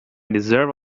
deserve